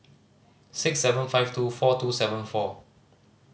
six seven five two four two seven four